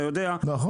אתה יודע --- נכון,